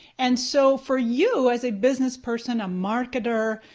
and so for you as a business person, a marketer,